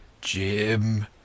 Jim